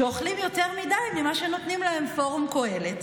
שאוכלים יותר מדי ממה שנותנים להם פורום קהלת,